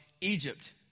Egypt